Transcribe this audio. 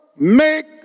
make